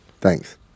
Thanks